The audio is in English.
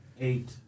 eight